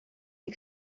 est